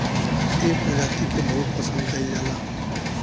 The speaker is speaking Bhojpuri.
एह प्रजाति के बहुत पसंद कईल जाला